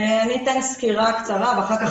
אני אתן סקירה קצרה ואחר כך,